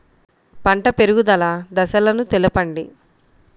పంట పెరుగుదల దశలను తెలపండి?